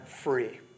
free